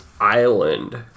Island